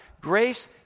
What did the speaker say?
Grace